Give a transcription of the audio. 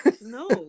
No